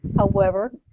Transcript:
however,